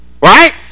Right